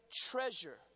treasure